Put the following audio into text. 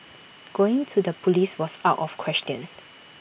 going to the Police was out of question